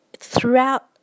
Throughout